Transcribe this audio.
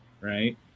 right